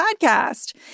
podcast